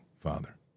Father